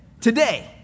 today